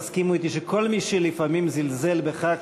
תסכימו אתי שכל מי שלפעמים זלזל בכך